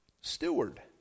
Steward